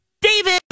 David